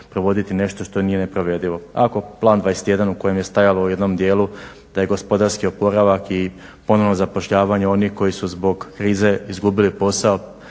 nešto što nije neprovedivo. Ako Plan 21 u kojem je stajalo u jednom dijelu da je gospodarski oporavak i ponovo zapošljavanje onih koji su zbog krize izgubili posao